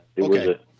Okay